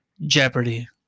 Jeopardy